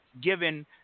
given